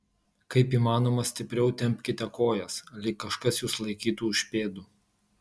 kaip įmanoma stipriau tempkite kojas lyg kažkas jus laikytų už pėdų